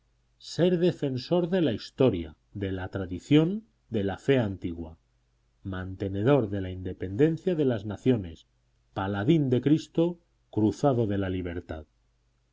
ser defensor de la historia de la tradición de la fe antigua mantenedor de la independencia de las naciones paladín de cristo cruzado de la libertad